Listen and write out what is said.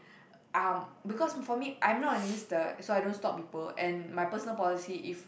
um because for me I'm not a minister so I don't stop people and my personal policy if